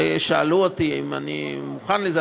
ושאלו אותי אם אני מוכן לזה,